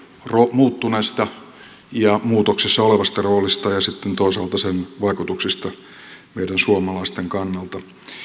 muuttuneesta ja muutoksessa olevasta roolista ja ja sitten toisaalta sen vaikutuksista meidän suomalaisten kannalta